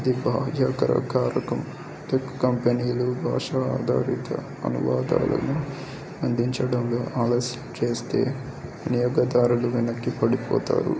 ఇది భాహ్యకారకం టెక్ కంపెనీలు భాషా ఆధారిత అనువాదాలను అందించడంలో ఆలస్యం చేస్తే నినియోగదారులు వెనక్కి పడిపోతారు